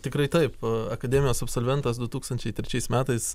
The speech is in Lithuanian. tikrai taip akademijos absolventas du tūkstančiai trečiais metais